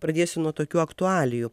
pradėsiu nuo tokių aktualijų